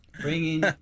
bringing